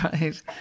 Right